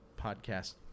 podcast